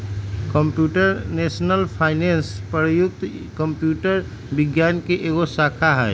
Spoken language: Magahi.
कंप्यूटेशनल फाइनेंस प्रयुक्त कंप्यूटर विज्ञान के एगो शाखा हइ